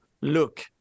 look